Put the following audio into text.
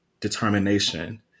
determination